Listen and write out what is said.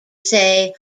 say